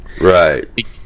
Right